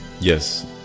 yes